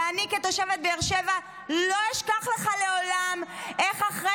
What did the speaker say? ואני כתושבת באר שבע לא אשכח לך לעולם איך אחרי